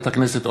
הכנסת,